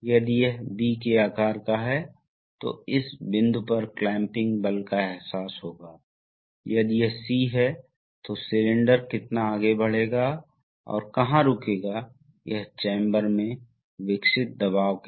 इसलिए अब हम बाएं हाथ की स्थिति में हैं जब सोलेनोइड चालू है तो पंप प्रवाह इस तरह से चला जाता है इस तरह से और इस तरह प्रवेश करता है जिसे कैप एंड या सिलेंडर के हेड एंड के रूप में जाना जाता है इसे बाईं ओर धकेलता है